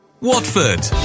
Watford